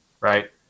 right